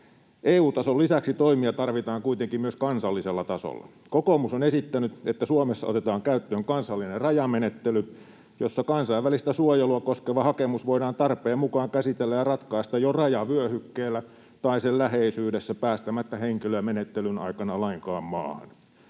EU-tason lisäksi toimia tarvitaan kuitenkin myös kansallisella tasolla. Kokoomus on esittänyt, että Suomessa otetaan käyttöön kansallinen rajamenettely, jossa kansainvälistä suojelua koskeva hakemus voidaan tarpeen mukaan käsitellä ja ratkaista jo rajavyöhykkeellä tai sen läheisyydessä päästämättä henkilöä menettelyn aikana lainkaan maahan.